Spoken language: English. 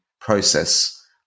process